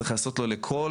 צריך לעשות לו לכל